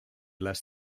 less